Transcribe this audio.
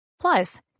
Plus